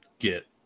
get